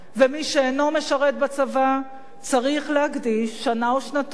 ומי שאינו משרת בצבא צריך להקדיש שנה או שנתיים